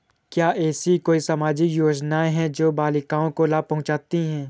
क्या ऐसी कोई सामाजिक योजनाएँ हैं जो बालिकाओं को लाभ पहुँचाती हैं?